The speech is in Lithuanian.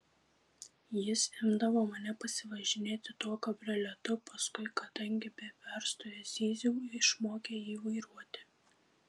jis imdavo mane pasivažinėti tuo kabrioletu paskui kadangi be perstojo zyziau išmokė jį vairuoti